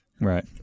Right